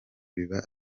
biba